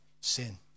sin